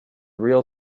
real